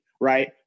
right